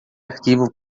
arquivo